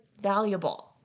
valuable